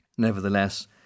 Nevertheless